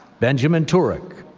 benjamin turek,